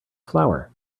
flower